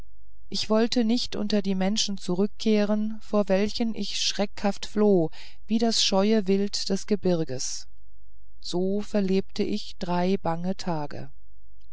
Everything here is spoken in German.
ich wollte nicht unter die menschen zurückkehren vor welchen ich schreckhaft floh wie das scheue wild des gebirges so verlebte ich drei bange tage